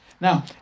now